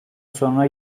sonra